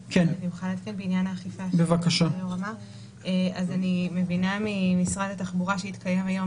בעניין האכיפה אני מבינה ממשרד התחבורה שיתקיים היום